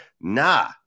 Nah